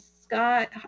Scott